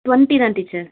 twenty தான் teacher